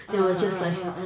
ah ah ah ah ah